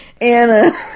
Anna